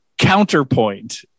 counterpoint